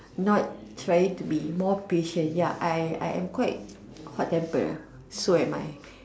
not trying to be more patient ya I I am quite hot tempered so am I